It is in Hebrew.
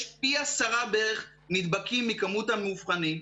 יש פי עשרה בערך נדבקים מכמות המאובחנים,